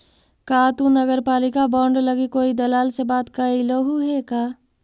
का तु नगरपालिका बॉन्ड लागी कोई दलाल से बात कयलहुं हे का?